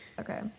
okay